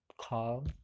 calm